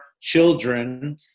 children